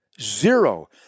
Zero